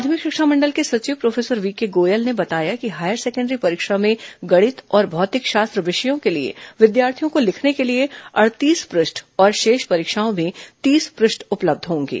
माध्यमिक शिक्षा मंडल के सचिव प्रोफेसर वीके गोयल ने बताया कि हायर सेकण्डरी परीक्षा में गणित और भौतिक शास्त्र विषयों के लिए विद्यार्थियों को लिखने के लिए अड़तीस पृष्ठ और शेष परीक्षाओं में तीस पृष्ठ उपलब्ध होंगे